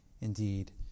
indeed